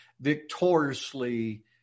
victoriously